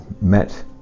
met